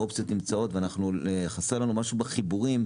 האופציות נמצאות וחסר לנו משהו בחיבורים,